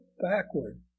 backward